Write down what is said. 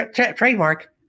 trademark